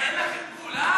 אין לכם גבול,